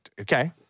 okay